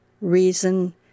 reason